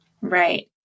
Right